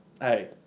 hey